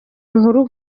inkuru